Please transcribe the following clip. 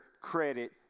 credit